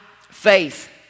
faith